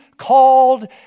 called